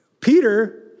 Peter